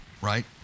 right